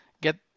get